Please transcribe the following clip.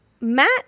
Matt